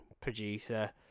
producer